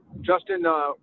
Justin